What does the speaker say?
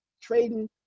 trading